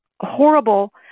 horrible